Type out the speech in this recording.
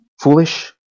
foolish